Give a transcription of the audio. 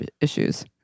issues